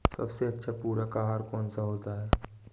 सबसे अच्छा पूरक आहार कौन सा होता है?